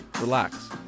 relax